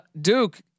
Duke